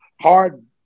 hard